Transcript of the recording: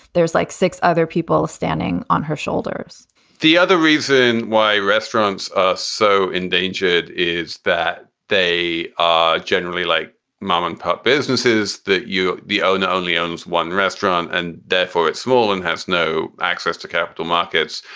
there's like six other people standing on her shoulders the other reason why restaurants are so endangered is that they ah generally like mom and pop businesses, that you, the owner, only owns one restaurant and therefore it's small and has no access to capital markets.